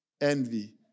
envy